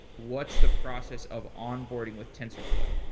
what's the process of onboarding with tensorflow.